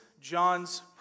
John's